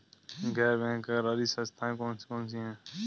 गैर बैंककारी संस्थाएँ कौन कौन सी हैं?